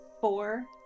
four